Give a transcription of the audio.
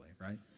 right